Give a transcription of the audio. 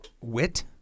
wit